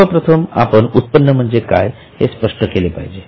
सर्वप्रथम आपण उत्पन्न म्हणजे काय हे स्पष्ट केले पाहिजे